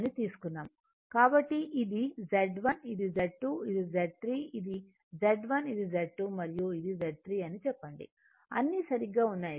కాబట్టి ఇది Z1 ఇది Z2 ఇది Z3 ఇది Z1 ఇది Z2 మరియు ఇది Z3 అని చెప్పండి అన్నీ సరిగ్గా ఉన్నాయి